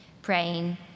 Praying